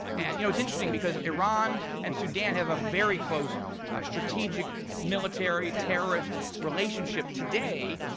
and you know it's interesting because iran and sudan have a very close strategic military terrorist relationship today,